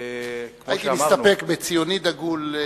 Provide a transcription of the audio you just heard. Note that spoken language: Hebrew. כמו שאמרנו, הייתי מסתפק בציוני דגול.